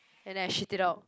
and then I shit it out